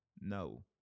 No